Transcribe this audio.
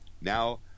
Now